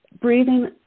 breathing